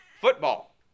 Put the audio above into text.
football